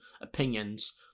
opinions